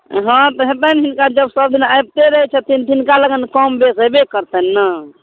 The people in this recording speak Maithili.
हाँ तऽ हेतनि हिनका जब सबदिन आबिते रहै छथिन तऽ हिनकालग कम बेस हेबे करतनि ने